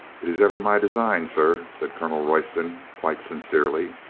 it is ever my design, sir, said colonel royston quite sincerely.